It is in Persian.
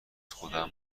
خودم